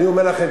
אני אומר לכם,